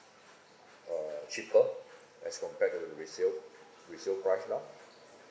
uh cheaper as compared to the resale resale price now